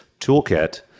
toolkit